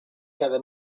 cada